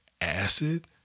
acid